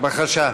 בבקשה.